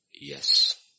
Yes